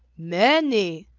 many,